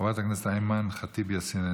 חברת הכנסת אימאן ח'טיב יאסין,